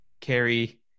carrie